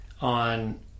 on